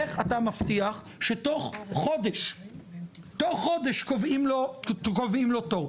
איך אתה מבטיח שתוך חודש קובעים לו תור?